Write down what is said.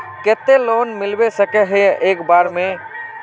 केते लोन मिलबे सके है एक बार में?